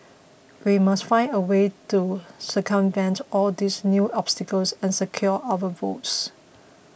we must find a way to circumvent all these new obstacles and secure our votes